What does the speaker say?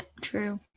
true